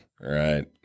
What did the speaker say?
Right